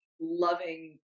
loving